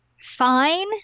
fine